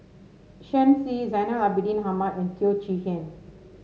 Shen Xi Zainal Abidin Ahmad and Teo Chee Hean